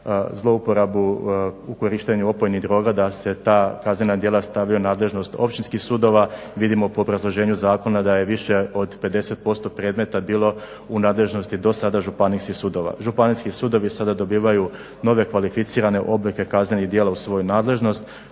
zlouporabu u korištenju opojnih droga da se ta kaznena djela stavljaju u nadležnost općinskih sudova. Vidimo po obrazloženju zakona da je više od 50% predmeta bilo u nadležnosti dosada županijskih sudova. Županijski sudovi sada dobivaju nove kvalificirane oblike kaznenih djela u svoju nadležnost